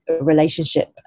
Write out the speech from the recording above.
relationship